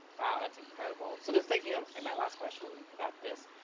wow. that's incredible. so this takes me um in my last question about this.